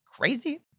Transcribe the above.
crazy